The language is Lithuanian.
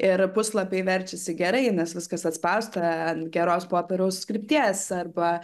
ir puslapiai verčiasi gerai nes viskas atspausta ant geros popieriaus krypties arba